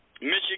Michigan